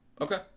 okay